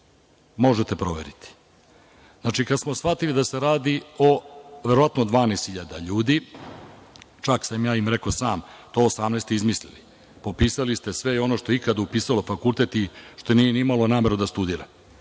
Možete proveriti. Znači, kada smo shvatili da se radi o verovatno12.000 ljudi, čak sam i sam rekao to 18 ste izmislili, popisali ste sve i ono što je ikada upisalo fakultet i što nije ni imalo nameru da studira.